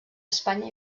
espanya